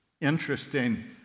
interesting